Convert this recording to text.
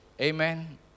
Amen